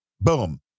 Boom